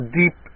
deep